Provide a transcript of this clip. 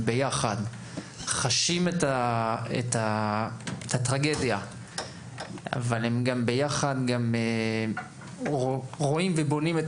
ביחד חשים את הטרגדיה אבל הם ביחד גם רואים ובונים את